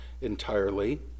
entirely